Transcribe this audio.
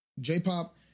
J-pop